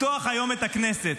לפתוח היום את הכנסת,